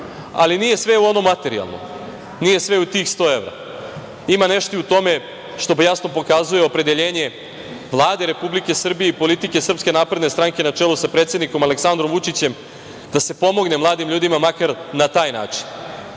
Ali, nije sve u onom materijalnom, nije sve u tih 100 evra. Ima nešto u tome što jasno pokazuje opredeljenje Vlade Republike Srbije i politike SNS na čelu sa predsednikom Aleksandrom Vučićem, da se pomogne mladim ljudima makar na taj način. Sve